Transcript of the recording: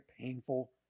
painful